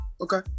Okay